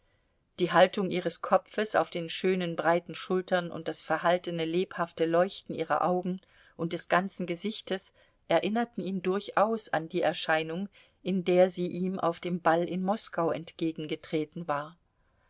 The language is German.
die haltung ihres kopfes auf den schönen breiten schultern und das verhaltene lebhafte leuchten ihrer augen und des ganzen gesichtes erinnerten ihn durchaus an die erscheinung in der sie ihm auf dem ball in moskau entgegengetreten war